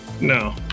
No